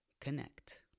connect